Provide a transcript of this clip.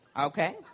Okay